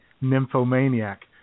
Nymphomaniac